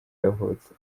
yavutse